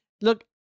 look